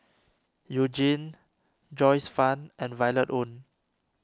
You Jin Joyce Fan and Violet Oon